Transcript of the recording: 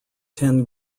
ten